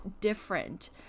different